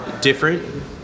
different